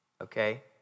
okay